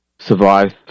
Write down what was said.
survive